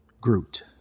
Groot